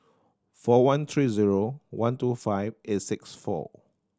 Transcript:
four one three zero one two five eight six four